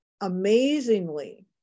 amazingly